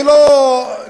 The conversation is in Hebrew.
אני לא,